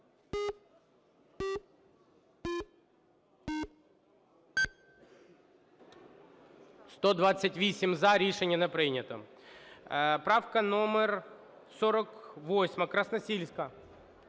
За-128 Рішення не прийнято. Правка номер 48, Красносільська.